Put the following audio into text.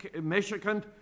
Michigan